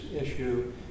issue